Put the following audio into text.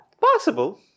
Possible